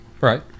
Right